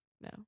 No